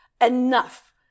Enough